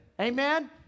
amen